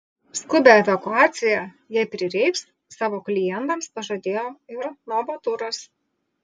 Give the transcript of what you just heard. skubią evakuaciją jei prireiks savo klientams pažadėjo ir novaturas